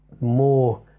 more